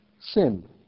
sin